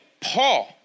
Paul